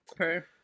Okay